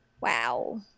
Wow